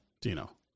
Dino